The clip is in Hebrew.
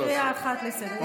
לפחות קריאה אחת לסדר.